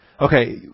Okay